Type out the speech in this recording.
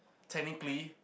technically